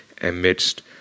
amidst